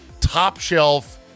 top-shelf